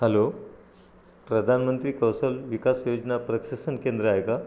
hello प्रधानमंत्री कौशल विकास योजना प्रशासन केंद्र आहे का